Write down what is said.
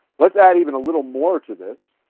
let's add even a little more to this.